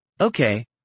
Okay